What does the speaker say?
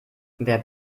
wer